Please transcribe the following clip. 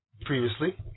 previously